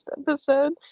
episode